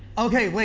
okay, wait,